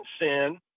sin